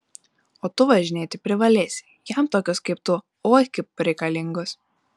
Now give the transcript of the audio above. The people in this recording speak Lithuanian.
o tu važinėti privalėsi jam tokios kaip tu oi kaip reikalingos